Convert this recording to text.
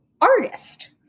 artist